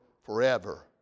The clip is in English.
forever